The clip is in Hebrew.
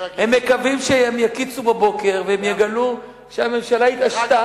הם מקווים שהם יקיצו בבוקר והם יגלו שהממשלה התעשתה,